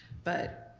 but